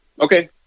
Okay